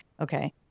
Okay